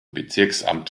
bezirksamt